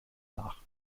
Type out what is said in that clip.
nach